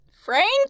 Frank